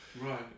Right